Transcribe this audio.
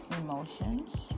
emotions